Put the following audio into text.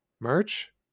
merch